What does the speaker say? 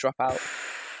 dropout